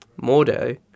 Mordo